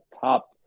top